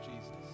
Jesus